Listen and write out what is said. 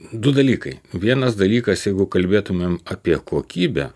du dalykai vienas dalykas jeigu kalbėtumėm apie kokybę